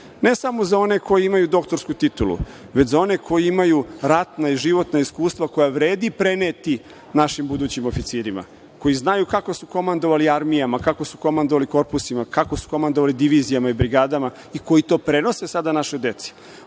ne samo za one koji imaju doktorsku titulu, već za one koji imaju ratna i životna iskustva koja vredi preneti našim budućim oficirima, koji znaju kako su komandovali armijama, kako su komandovali korpusima, kako su komandovali divizijama i brigadama ikoji to prenose sada našoj deci. Mi